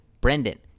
Brendan